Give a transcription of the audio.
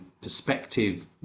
perspective